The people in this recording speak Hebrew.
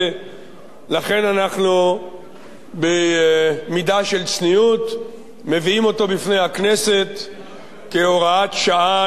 לכן אנחנו במידה של צניעות מביאים אותו בפני הכנסת כהוראת שעה לשנה אחת.